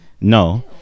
No